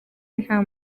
nta